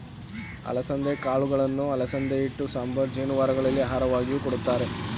ಅಲಸಂದೆ ಕಾಳುಗಳನ್ನು ಅಲಸಂದೆ ಹಿಟ್ಟು, ಸಾಂಬಾರ್, ಜಾನುವಾರುಗಳಿಗೆ ಆಹಾರವಾಗಿಯೂ ಕೊಡುತ್ತಾರೆ